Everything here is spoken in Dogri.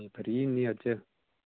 फ्री नि अज्ज